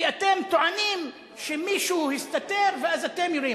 כי אתם טוענים שמישהו הסתתר ואז אתם יורים.